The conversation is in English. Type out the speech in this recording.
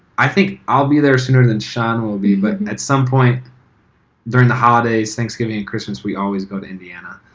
i think i'll be there sooner than shawn will be but at some point during the holidays, thanksgiving and christmas, we always go to indianan.